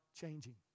changing